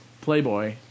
Playboy